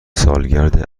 سالگرد